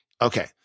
Okay